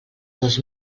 dos